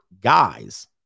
guys